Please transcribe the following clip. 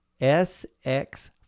SX